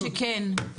או שכן.